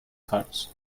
cards